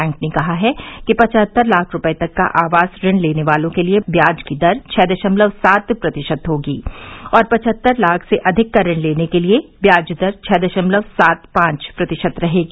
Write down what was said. bank ने कहा है कि पचहत्तर लाख रुपये तक का आवास ऋण लेने वालों के लिए ब्याज की दर छः दशमलव सात प्रतिशत होगी और पचत्तर लाख से अधिक का ऋण लेने के लिए व्याज दर छ दशमलव सात पांच प्रतिशत रहेगी